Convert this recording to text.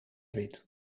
wit